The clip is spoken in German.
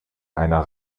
einer